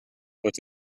but